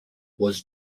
was